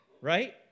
Right